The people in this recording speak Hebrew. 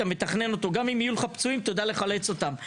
אתה מתכנן אותו וגם אם יהיו לך פצועים תדע לחלץ אותם.